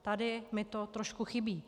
Tady mi to trošku chybí.